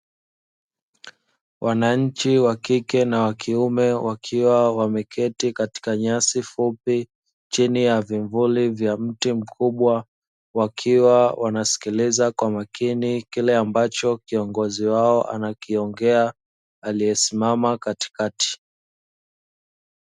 Wananchi wa kike na wa kiume wakiwa wameketi katika nyasi fupi chini ya vimvuli vya mti mkubwa, wakiwa wanasikiliza kwa makini kile ambacho kiongozi wao anakiongea aliyesimama katikati.